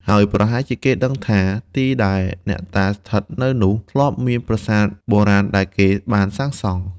ហើយប្រហែលជាគេដឹងថា ទីដែលអ្នកតាស្ថិតនៅនោះ ធ្លាប់មានប្រាសាទបុរាណដែលគេបានសាងសង់។